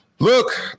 Look